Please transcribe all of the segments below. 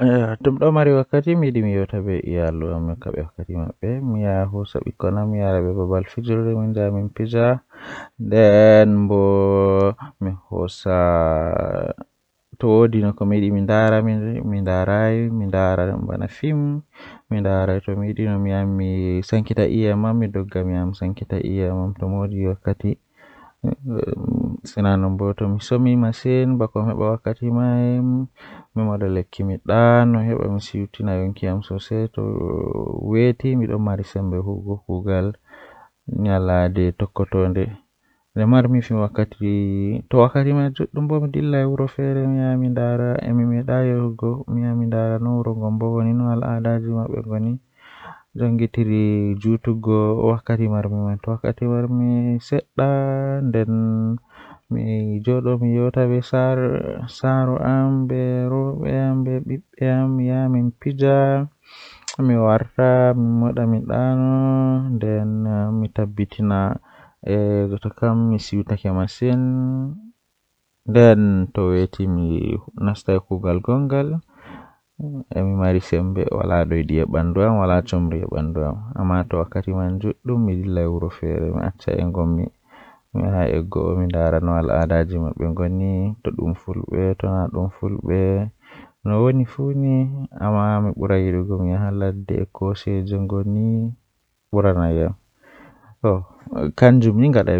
Jahangal jei mi yahi neeɓaki ɗo Nde njamaɗi ngam mi hokka heɓude baafal, mi yeddi wonde waɗde aɗa waawi ndaarnde. Miɗo yiɗi goɗɗum ngam o waɗi feewi fi jeyɗe, kadi miɗo waɗi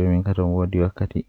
waawugol e goɗɗum kadi.